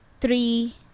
three